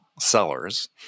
sellers